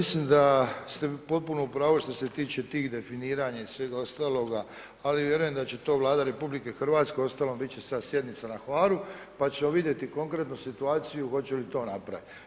Mislim da ste potpuno u pravo što se tiče tih definiranja i svega ostaloga, ali vjerujem da će to Vlada RH, uostalom bit će sad sjednica na Hvaru, pa ćemo vidjeti konkretno situaciju hoće li to napraviti.